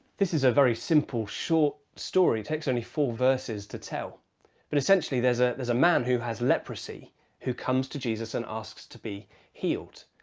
this is a very simple, short story takes only four verses to tell but, essentially there's ah there's a man who has leprosy who comes to jesus and asks to be healed.